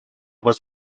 was